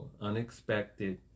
unexpected